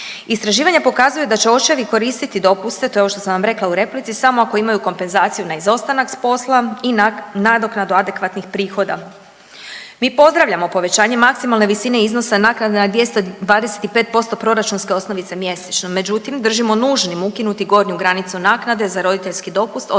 Istraživanja pokazuju da će očevi koristiti dopuste, to je ovo što sam vam rekla u replici, samo ako imaju kompenzaciju na izostanak s posla i nadoknadu adekvatnih prihoda. Mi pozdravljamo povećanje maksimalne visine iznosa naknada na 225% proračunske osnovice mjesečno, međutim držimo nužnim ukinuti gornju granicu naknade za roditeljski dopust odnosno